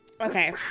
Okay